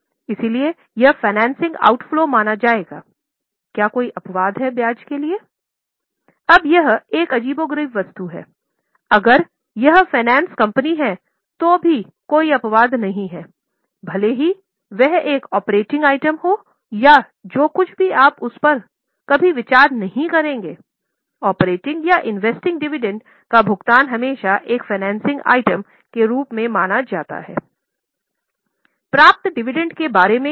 इसलिए यह एक फाइनेंसिंग आइटम के रूप में माना जाता है